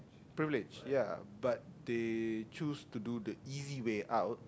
privilege ya but they choose to do the easy way out